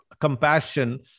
compassion